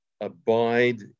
Abide